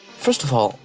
first of all,